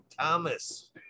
Thomas